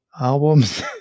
albums